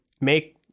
make